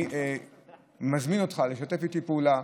אני מזמין אותך לשתף איתי פעולה,